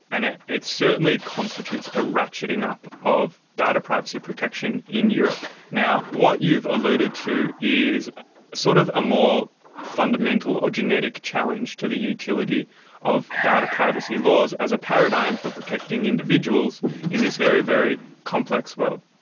and it it certainly constitutes a ratcheting up of data privacy protection in europe. what you've alluded to is sort of a more fundamental or genetic challenge to the utility of data privacy laws as a paradigm for protecting individuals in this very, very complex world.